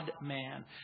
man